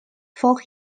for